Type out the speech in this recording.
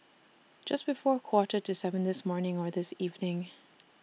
Just before A Quarter to seven This morning Or This evening